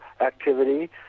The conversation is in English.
activity